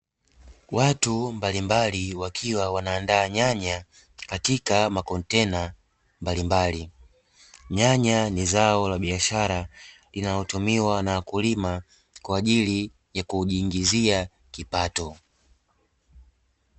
Watu mbalimbali wakiwa wanaandaa nyanya katika makontena mbalimbali, nyanya ni zao la biashara linalotumiwa na wakulima kwaajili ya kujiingizia kipato.